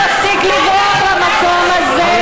תפסיק לברוח למקום הזה.